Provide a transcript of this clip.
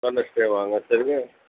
Wednesday வாங்க சரியா